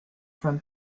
from